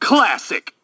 Classic